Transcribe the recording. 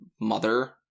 mother